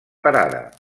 parada